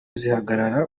zihagarara